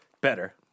better